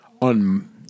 On